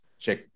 check